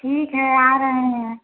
ठीक है आ रहे हैं